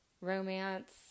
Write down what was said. romance